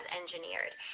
engineered